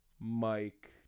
Mike